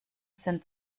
sind